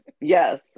Yes